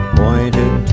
pointed